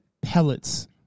pellets